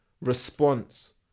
Response